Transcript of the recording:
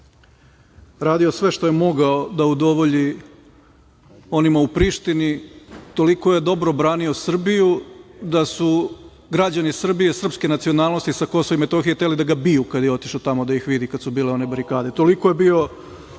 radio sve što je mogao da udovolji onima u Prištini. Toliko je dobro branio Srbiju da su građani Srbije sprske nacionalnosti sa KiM hteli da ga biju kada je otišao tamo da ih vidi kada su bile one barikade. Toliko je bio